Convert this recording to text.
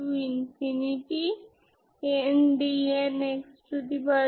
সুতরাং এর মানে হল Px1 x2 যা আসলে 0 x±1